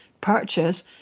purchase